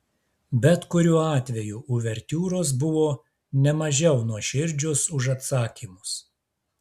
bet kuriuo atveju uvertiūros buvo ne mažiau nuoširdžios už atsakymus